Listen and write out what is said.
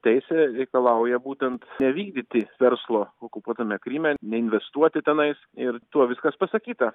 teisė reikalauja būtent nevykdyti verslo okupuotame kryme neinvestuoti tenais ir tuo viskas pasakyta